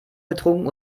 getrunken